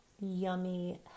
yummy